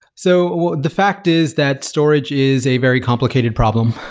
so, the fact is that storage is a very complicated problem.